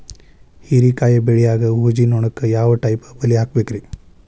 ಹೇರಿಕಾಯಿ ಬೆಳಿಯಾಗ ಊಜಿ ನೋಣಕ್ಕ ಯಾವ ಟೈಪ್ ಬಲಿ ಹಾಕಬೇಕ್ರಿ?